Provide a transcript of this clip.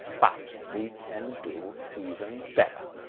but we can do even better.